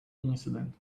incident